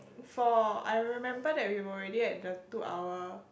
for I remember that we were already at the two hour